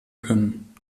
können